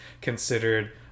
considered